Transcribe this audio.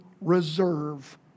reserve